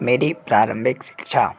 मेरी प्रारम्भिक शिक्षा